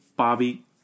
Bobby